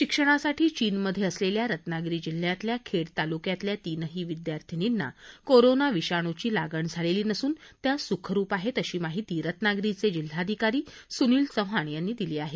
शिक्षणासाठी चीनमध्ये असलेल्या रत्नागिरी जिल्ह्यातल्या खेड तालुक्यातल्या तीनही विद्यार्थिनींना कोरोना विषाणूची लागण झालेली नसून त्या सुखरूप आहेत अशी माहिती रत्नागिरीचे जिल्हाधिकारी सुनील चव्हाण यांनी दिली आहे